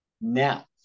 Now